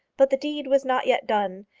but the deed was not yet done,